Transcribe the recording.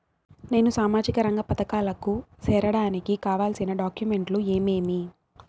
నేను సామాజిక రంగ పథకాలకు సేరడానికి కావాల్సిన డాక్యుమెంట్లు ఏమేమీ?